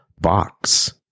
box